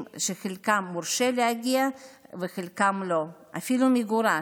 שחלקם מורשה להגיע וחלקם לא ואפילו מגורש.